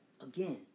again